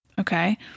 okay